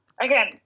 again